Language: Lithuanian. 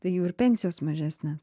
tai jų ir pensijos mažesnės